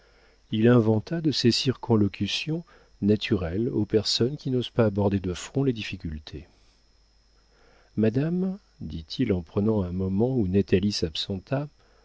il inventa de ces circonlocutions naturelles aux personnes qui n'osent pas aborder de front les difficultés madame dit-il en prenant un moment où natalie s'absenta